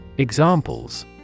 Examples